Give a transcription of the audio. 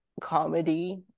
comedy